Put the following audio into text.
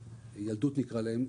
ילדות, נקרא להם.